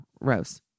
Rose